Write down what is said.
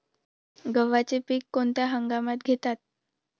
गव्हाचे पीक कोणत्या हंगामात घेतात?